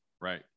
Right